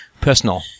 personal